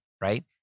right